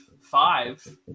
five